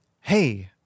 hey